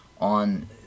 on